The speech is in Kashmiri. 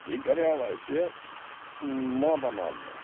یہِ کَریٛاو اَسہِ ماتامال پیٚٹھ